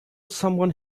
someone